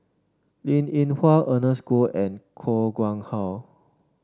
Linn In Hua Ernest Goh and Koh Nguang How